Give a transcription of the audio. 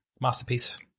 masterpiece